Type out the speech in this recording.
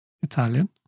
Italian